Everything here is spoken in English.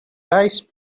dice